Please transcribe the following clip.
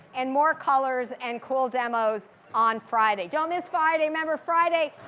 and more colors and cool demos on friday. don't miss friday. remember, friday,